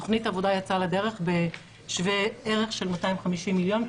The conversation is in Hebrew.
תכנית העבודה יצאה לדרך בשווה ערך של 250 מיליון שקלים,